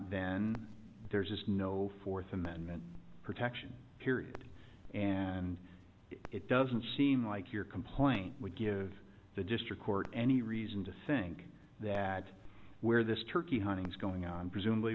then there is no fourth amendment protection period and it doesn't seem like your complaint would give the district court any reason to think that where this turkey hunting is going on presumably